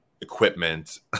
equipment